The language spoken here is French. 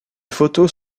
photos